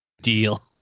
Deal